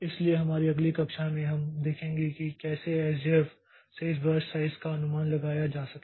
इसलिए हमारी अगली कक्षा में हम देखेंगे कि कैसे एसजेएफ से इस बर्स्ट साइज़ का अनुमान लगाया जा सके